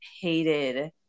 hated